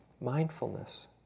mindfulness